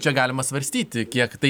čia galima svarstyti kiek tai